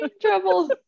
trouble